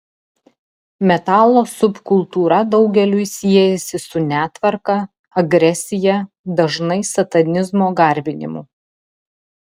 metalo subkultūra daugeliui siejasi su netvarka agresija dažnai satanizmo garbinimu